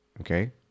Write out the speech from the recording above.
Okay